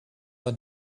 your